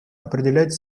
определять